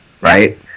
Right